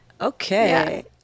Okay